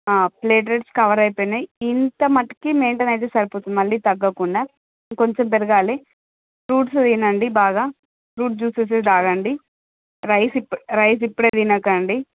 platelets cover అయిపోయాయి ఇంత మటికీ మెయింటైన్ అయితే సరిపోతుంది మళ్ళీ తగ్గకుండా ఇంకొంచం పెరగాలి ఫ్రూట్స్ తినండి బాగా ఫ్రూట్ జ్యూసెస్సు తాగండి రైస్ రైస్ ఇప్పుడే తినకండి